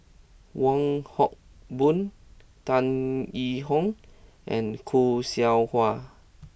Wong Hock Boon Tan Yee Hong and Khoo Seow Hwa